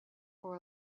for